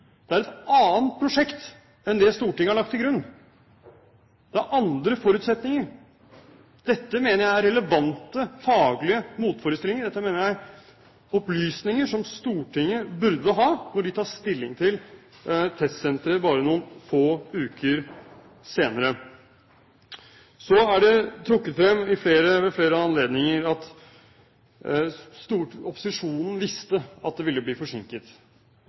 Det er et annet prosjekt enn det Stortinget la til grunn. Det er andre forutsetninger. Dette mener jeg er relevante faglige motforestillinger. Dette mener jeg er opplysninger som Stortinget burde hatt da det tok stilling til testsenteret bare noen få uker senere. Så er det ved flere anledninger trukket frem at opposisjonen visste at det ville bli